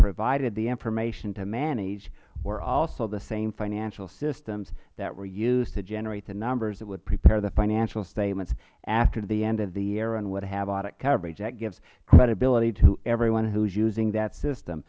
provided the information to manage were also the same financial systems that were used to generate the numbers that would prepare the financial statements after the end of the year and would have audit coverage that gives credibility to everyone who is using that system